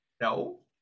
No